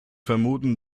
vermuten